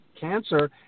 cancer